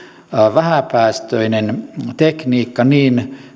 vähäpäästöinen tekniikka niin